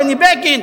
בני בגין,